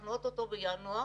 אנחנו או-טו-טו בינואר,